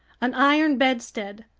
an iron bedstead,